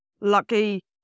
lucky